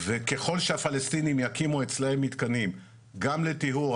ככל שהפלסטינים יקימו אצלם מתקנים גם לטיהור,